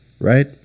right